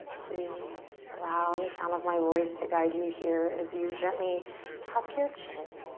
please allow the sound of my voice to guide you here as you gently tuck your chin.